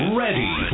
ready